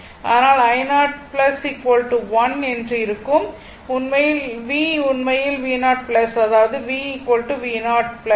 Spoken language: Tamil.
v உண்மையில் v0 அதாவது v v0